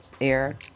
Air